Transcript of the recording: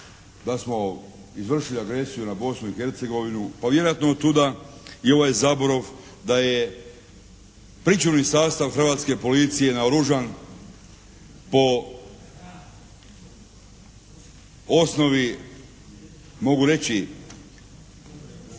da smo izvršili agresiju na Bosnu i Hercegovinu. Pa vjerojatno od tuda i ovaj zaborav da je pričuvni sastav Hrvatske policije naoružan po osnovi mogu reći